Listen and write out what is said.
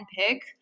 pick